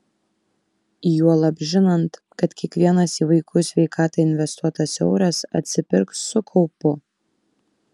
juolab žinant kad kiekvienas į vaikų sveikatą investuotas euras atsipirks su kaupu